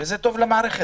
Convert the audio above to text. וזה טוב למערכת.